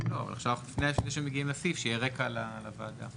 לפני שאנחנו מגיעים לסעיף שיהיה רקע לוועדה.